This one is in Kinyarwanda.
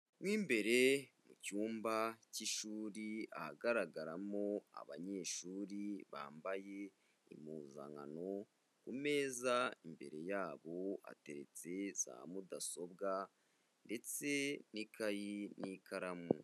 Mo imbere mu cyumba cy'ishuri, ahagaragaramo abanyeshuri bambaye impuzankano, ku meza imbere yabo hateretse za mudasobwa ndetse n'ikayi n'ikaramu.